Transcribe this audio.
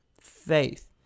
faith